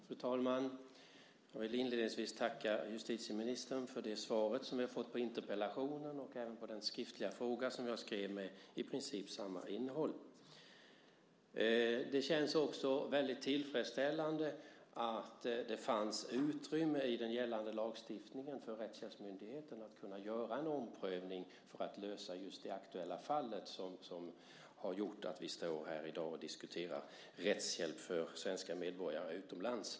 Fru talman! Jag vill inledningsvis tacka justitieministern för det svar som vi har fått på interpellationen och även på den skriftliga fråga som jag skrivit med i princip samma innehåll. Det känns också väldigt tillfredsställande att det fanns utrymme i den gällande lagstiftningen för Rättshjälpsmyndigheten att göra en omprövning för att lösa just det aktuella fall som har gjort att vi står här i dag och diskuterar rättshjälp för svenska medborgare utomlands.